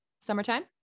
summertime